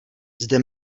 zde